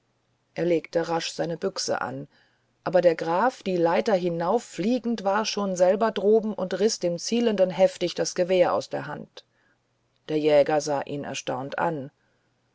er legte rasch seine büchse an aber der graf die leiter hinauffliegend war schon selber droben und riß dem zielenden heftig das gewehr aus der hand der jäger sah ihn erstaunt an